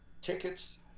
tickets